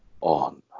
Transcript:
on